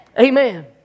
amen